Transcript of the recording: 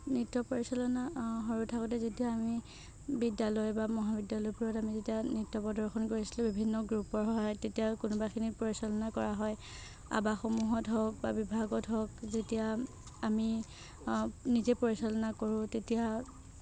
নৃত্য পৰিচালনা সৰু থাকোঁতে যেতিয়া আমি বিদ্যালয় বা মহাবিদ্যালয়বোৰত আমি যেতিয়া নৃত্য প্ৰদৰ্শন কৰিছিলোঁ বিভিন্ন গ্ৰুপৰ হৈ তেতিয়া কোনোবাখিনিত পৰিচালনা কৰা হয় আবাসসমূহত হওঁক বা বিভাগত হওঁক যেতিয়া আমি নিজে পৰিচালনা কৰোঁ তেতিয়া